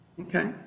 Okay